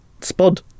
Spud